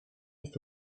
есть